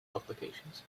publications